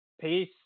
peace